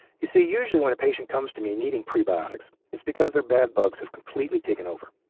you see, usually when a patient comes to me needing prebiotics, it's because their bad bugs have completely taken over.